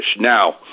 Now